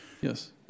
yes